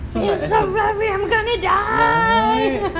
it's so fluffy I'm going to die